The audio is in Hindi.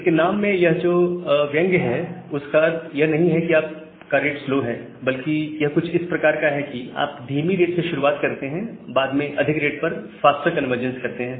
इसके नाम में यह जो व्यंग्य है उसका अर्थ यह नहीं है कि आप का रेट स्लो है बल्कि यह कुछ इस प्रकार का है कि आप धीमी रेट से शुरुआत करते हैं और बाद में अधिक रेट पर फास्टर कन्वर्जेंस करते हैं